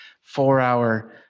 four-hour